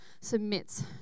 submits